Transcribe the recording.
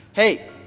Hey